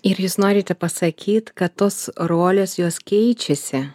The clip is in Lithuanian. ir jūs norite pasakyti kad tos rolės jos keičiasi